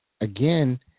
Again